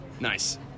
Nice